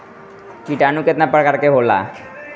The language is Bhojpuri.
किटानु केतना प्रकार के होला?